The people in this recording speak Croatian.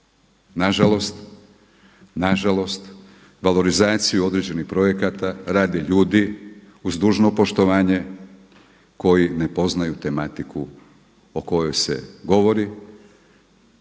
nažalost valorizaciju određenih projekata rade ljudi uz dužno poštovanje koji ne poznaju tematiku o kojoj se govori.